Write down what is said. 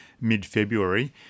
mid-February